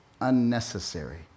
unnecessary